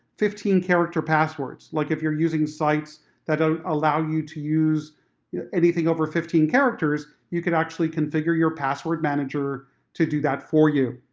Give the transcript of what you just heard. fifteen character passwords. like if you're using sites that ah allow you to use anything over fifteen characters, you could actually configure your password manager to do that for you.